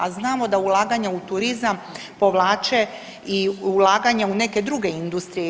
A znamo da ulaganja u turizam povlače i ulaganje u neke druge industrije.